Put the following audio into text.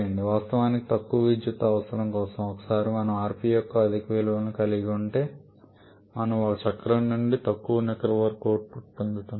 వాస్తవానికి తక్కువ విద్యుత్ అవసరం కోసం ఒకసారి మనము rp యొక్క అధిక విలువను కలిగి ఉంటే మనము ఒక చక్రం నుండి తక్కువ నికర వర్క్ అవుట్పుట్ని పొందుతున్నాము